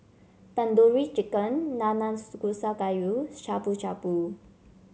Tandoori Chicken Nanakusa Gayu Shabu Shabu